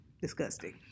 disgusting